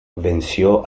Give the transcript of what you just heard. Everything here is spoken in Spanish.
venció